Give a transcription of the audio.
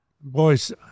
Boys